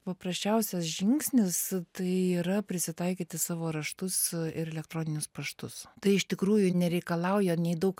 paprasčiausias žingsnis tai yra prisitaikyti savo raštus ir elektroninius paštus tai iš tikrųjų ir nereikalauja nei daug